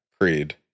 Creed